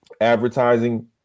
advertising